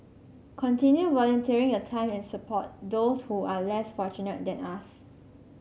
continue volunteering your time and support those who are less fortunate than us